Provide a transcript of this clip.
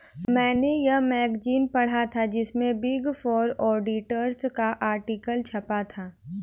मेने ये मैगज़ीन पढ़ा था जिसमे बिग फॉर ऑडिटर्स का आर्टिकल छपा था